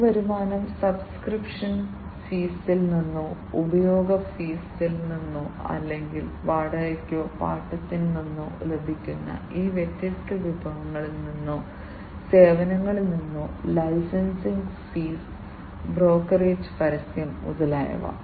ഈ വരുമാനം സബ്സ്ക്രിപ്ഷൻ ഫീസിൽ നിന്നോ ഉപയോഗ ഫീസിൽ നിന്നോ അല്ലെങ്കിൽ വാടകയ്ക്കോ പാട്ടത്തിൽ നിന്നോ ലഭിക്കുന്ന ഈ വ്യത്യസ്ത വിഭവങ്ങളിൽ നിന്നോ സേവനങ്ങളിൽ നിന്നോ ലൈസൻസിംഗ് ഫീസ് ബ്രോക്കറേജ് പരസ്യം മുതലായവ